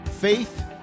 faith